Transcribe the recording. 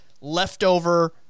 leftover